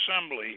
assembly